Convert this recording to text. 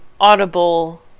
audible